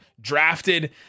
drafted